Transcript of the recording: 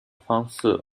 方式